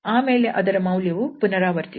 ಆಮೇಲೆ ಅದರ ಮೌಲ್ಯವು ಪುನರಾವರ್ತಿಸುತ್ತದೆ